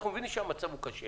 אנחנו מבינים שהמצב קשה